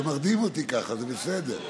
זה מרדים אותי ככה, זה בסדר.